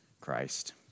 Christ